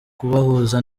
kubahuza